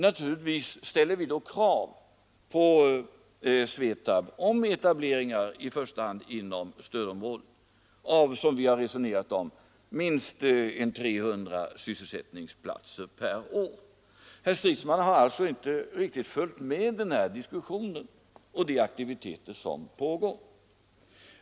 Naturligtvis ställer vi då krav på SVETAB om etableringar, i första hand inom stödområdet, av — som vi har resonerat om — minst 300 sysselsättningsplatser per år. Herr Stridsman har alltså inte riktigt följt med denna diskussion och de aktiviteter som pågår.